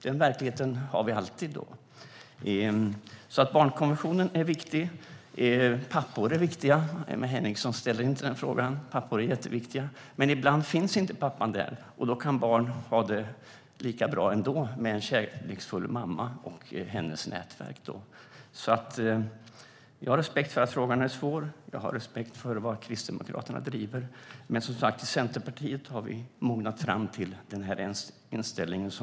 Den verkligheten finns alltid. Barnkonventionen är viktig. Pappor är viktiga. Emma Henriksson ställde inte den frågan. Pappor är jätteviktiga. Men ibland finns inte pappan där. Barn kan ha det lika bra ändå med en kärleksfull mamma och hennes nätverk. Jag har respekt för att frågan är svår. Jag har respekt för den linje Kristdemokraterna driver. Men den här inställningen har som sagt mognat fram i Centerpartiet.